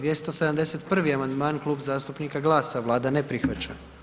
271. amandman, Klub zastupnika GLAS-a, Vlada ne prihvaća.